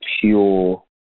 pure